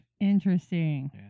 Interesting